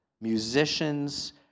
musicians